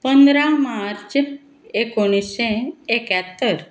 पंदरा मार्च एकोणिशें एक्यात्तर